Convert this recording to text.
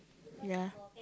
ya